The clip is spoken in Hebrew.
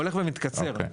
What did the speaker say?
הולך ומתקצר,